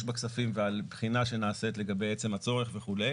בכספים ועל בחינה שנעשית לגבי עצם הצורך וכו'.